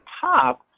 top